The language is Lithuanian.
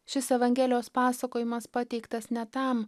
šis evangelijos pasakojimas pateiktas ne tam